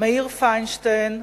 מאיר פיינשטיין,